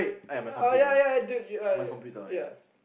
oh ya ya ya dude ya